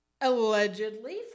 allegedly